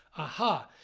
aha.